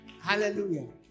Hallelujah